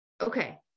okay